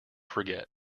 forget